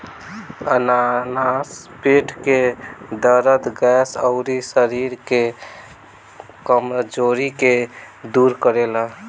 अनानास पेट के दरद, गैस, अउरी शरीर के कमज़ोरी के दूर करेला